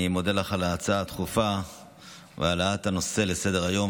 אני מודה לך על ההצעה הדחופה והעלאת הנושא לסדר-היום.